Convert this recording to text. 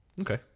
Okay